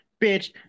Bitch